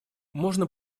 можно